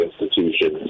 institutions